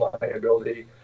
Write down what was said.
liability